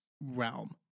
realm